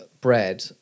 bread